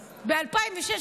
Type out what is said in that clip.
ב-2006,